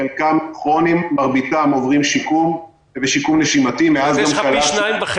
חלקם כרוניים ומרביתם עוברים שיקום נשימתי -- יש לך פי 2.5